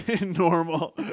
normal